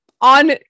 on